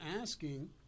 asking